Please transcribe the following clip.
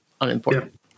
Unimportant